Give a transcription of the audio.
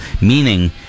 Meaning